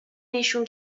نشون